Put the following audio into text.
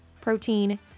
protein